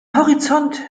horizont